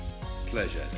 pleasure